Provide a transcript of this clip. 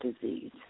disease